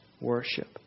worship